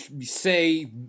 say